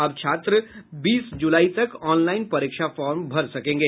अब छात्र बीस जुलाई तक ऑनलाइन परीक्षा फॉर्म भर सकेंगे